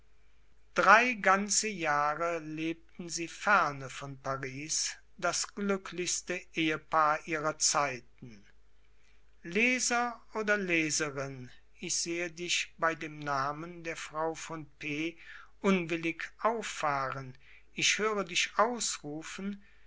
drei ganze jahre lebten sie ferne von paris das glücklichste ehepaar ihrer zeiten leser oder leserin ich sehe dich bei dem namen der frau von p unwillig auffahren ich höre dich ausrufen